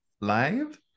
live